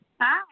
Hi